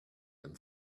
and